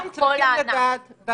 אנשים צריכים לדעת כי